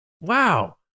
Wow